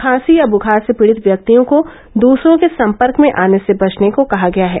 खासी या बुखार से पीड़ित व्यक्तियों को दूसरों के सम्पर्क में आने से बचने को कहा गया है